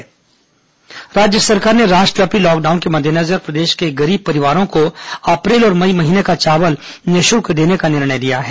corona निःशुल्क चावल आवंटन राज्य सरकार ने राष्ट्रव्यापी लॉकडाउन के मद्देनजर प्रदेश के गरीब परिवारों को अप्रैल और मई महीने का चावल निःशुल्क देने का निर्णय लिया है